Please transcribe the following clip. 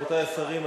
רבותי השרים,